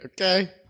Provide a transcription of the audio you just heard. Okay